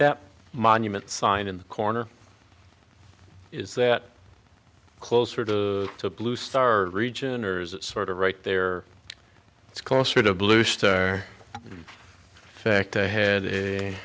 that monument sign in the corner is that closer to the blue star region or is it sort of right there it's closer to blue or fact ahead